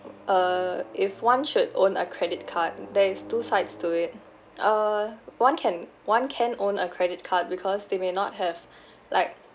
uh if one should own a credit card there is two sides to it uh one can one can own a credit card because they may not have like